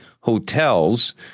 hotels